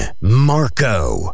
Marco